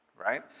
right